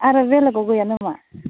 आरो बेलेगाव गैया नामा